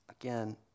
Again